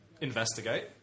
investigate